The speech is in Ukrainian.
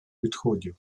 відходів